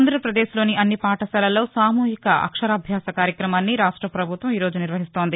అంధ్రపదేశ్లోని అన్ని పాఠశాలల్లో సామూహిక అక్షరాభ్యాస కార్యక్రమాన్ని రాష్ట్రపభుత్వం ఈరోజు నిర్వహిస్తోంది